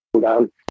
down